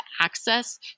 access